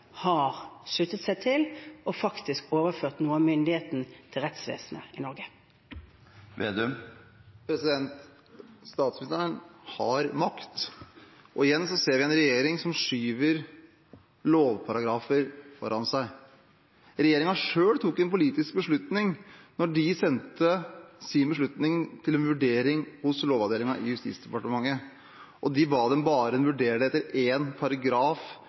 har sluttet seg til – og faktisk også overført noe av myndigheten til rettsvesenet i Norge. Statsministeren har makt. Igjen ser vi en regjering som skyver lovparagrafer foran seg. Regjeringen tok selv en politisk beslutning da den sendte sin beslutning til vurdering hos Lovavdelingen i Justis- og beredskapsdepartementet. Den ba dem bare om å vurdere den etter én paragraf